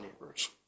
neighbor's